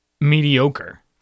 mediocre